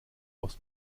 aus